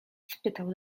spytał